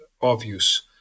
obvious